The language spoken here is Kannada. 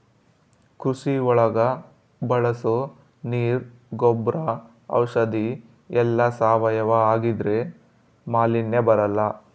ಕೃಷಿ ಒಳಗ ಬಳಸೋ ನೀರ್ ಗೊಬ್ರ ಔಷಧಿ ಎಲ್ಲ ಸಾವಯವ ಆಗಿದ್ರೆ ಮಾಲಿನ್ಯ ಬರಲ್ಲ